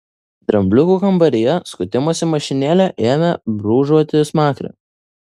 drambliukų kambaryje skutimosi mašinėle ėmė brūžuoti smakrą